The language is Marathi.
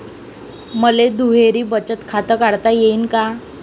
मले दुहेरी बचत खातं काढता येईन का?